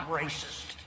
racist